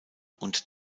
und